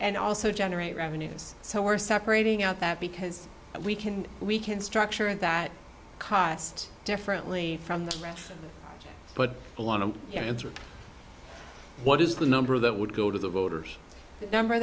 and also generate revenues so we're separating out that because we can we can structure that cost differently from the ground but a lot of what is the number that would go to the voters number